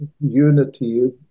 unity